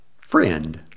friend